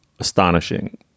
astonishing